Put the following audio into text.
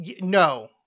no